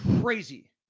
crazy